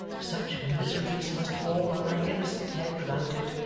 such miseries must fall on thy innocent head without it,